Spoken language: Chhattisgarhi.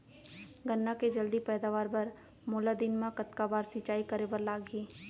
गन्ना के जलदी पैदावार बर, मोला दिन मा कतका बार सिंचाई करे बर लागही?